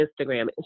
Instagram